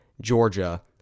Georgia